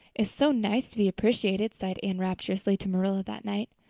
it's so nice to be appreciated, sighed anne rapturously to marilla that night.